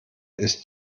ist